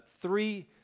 three